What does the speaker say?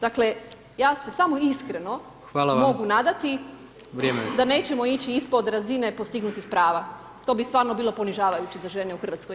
Dakle, ja se samo iskreno [[Upadica: Hvala vam]] mogu nadati [[Upadica: Vrijeme je isteklo]] da nećemo ići ispod razine postignutih prava, to bi stvarno bilo ponižavajuće za žene u RH.